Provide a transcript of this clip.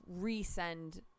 resend